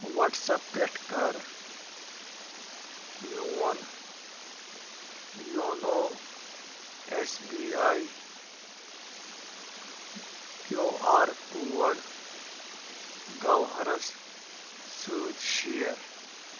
واٹس app پٮ۪ٹھ کَر میٛون YONO S B I Q R code گَوہرس سۭتی شِیر